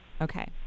Okay